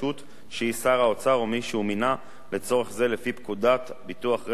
שהיא שר האוצר או מי שהוא מינה לצורך זה לפי פקודת ביטוח רכב מנועי ,